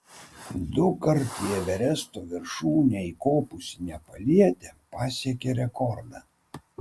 dukart į everesto viršūnę įkopusi nepalietė pasiekė rekordą